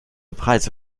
preise